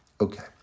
Okay